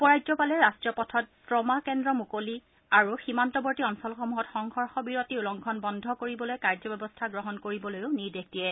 উপৰাজ্যপালে ৰাষ্টীয় পথত ট্ৰমা কেন্দ্ৰ মুকলি আৰু সীমান্তৱৰ্তী অঞ্চলসমূহত সংঘৰ্ষ বিৰতি উলংঘন বন্ধ কৰিবলৈ কাৰ্যব্যৱস্থা গ্ৰহণ কৰিবলৈও নিৰ্দেশ দিয়ে